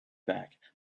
back